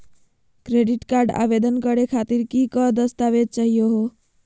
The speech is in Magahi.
क्रेडिट कार्ड आवेदन करे खातीर कि क दस्तावेज चाहीयो हो?